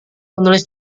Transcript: menulis